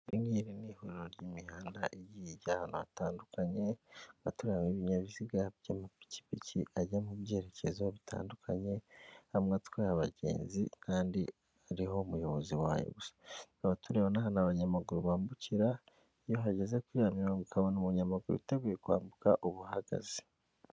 Ihuriro ry'imihanda igi ahantu hatandukanye hataraweibinyabiziga by'amapikipiki ajya mu byerekezo bitandukanye hamwe atwara abagenzi kandi ariho umuyobozi wayo abaturi ahantu abanyamaguru bambukira iyo hageze kuri ya mirongo ukabona umunyamaguru witeguye kwambuka ubuhagaze.